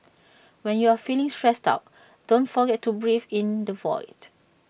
when you are feeling stressed out don't forget to breathe in the void